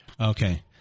Okay